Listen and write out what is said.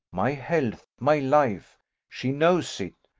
my health, my life she knows it,